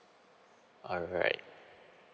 alright